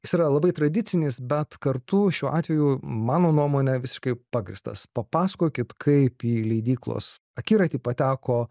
jis yra labai tradicinis bet kartu šiuo atveju mano nuomone visiškai pagrįstas papasakokit kaip į leidyklos akiratį pateko